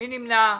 מי נמנע?